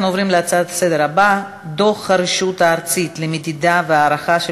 אנחנו עוברים לנושא הבא: דוח הרשות הארצית למדידה והערכה של